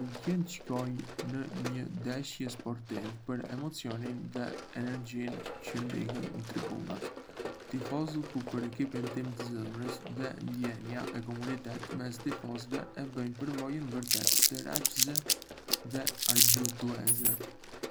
Më pëlqen të shkoj në një ndeshje sportive për emocionin dhe energjinë çë ndihen në tribunat. Tifozllëku për ekipin tim të zemrës dhe ndjenja e komunitetit mes tifozëve e bëjnë përvojën vërtet tërheçëse dhe argëtuese.